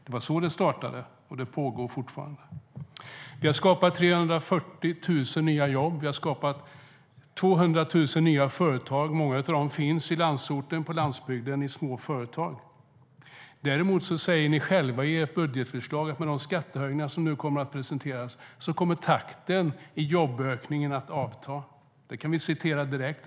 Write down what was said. Det var så det startade, och det pågår fortfarande. Vi har skapat 340 000 nya jobb, och vi har skapat 200 000 nya företag. Många av dem finns i landsorten och på landsbygden i små företag. Däremot säger ni själva i ert budgetförslag att med de skattehöjningar som nu kommer att presenteras kommer takten i jobbökningen att avta. Det kan vi citera direkt.